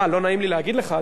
לא נעים לי להגיד לך,